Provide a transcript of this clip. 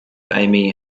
amy